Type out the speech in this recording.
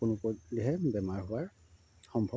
কোনোপধ্য়ে বেমাৰ হোৱাৰ সম্ভৱ